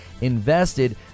invested